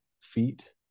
feet